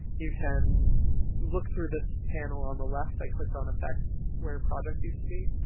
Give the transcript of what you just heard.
you can look through this panel on the left. i clicked on effects, where project used to be